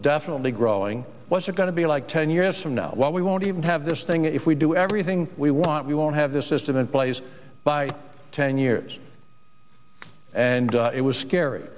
definitely growing what's it going to be like ten years from now we won't even have this thing if we do everything we want we won't have this system in place by ten years and it was scary